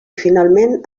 finalment